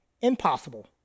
impossible